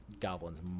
goblins